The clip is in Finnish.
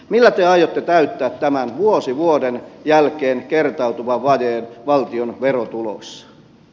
millä te aiotte täyttää tämän vuosi vuoden jälkeen kertautuvan vajeen valtion verotuloissa